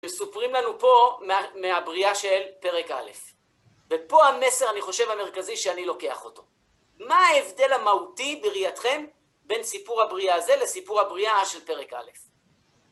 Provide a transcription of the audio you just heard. וסופרים לנו פה מהבריאה של פרק א', ופה המסר, אני חושב, המרכזי שאני לוקח אותו. מה ההבדל המהותי, בראייתכם, בין סיפור הבריאה הזה לסיפור הבריאה של פרק א'?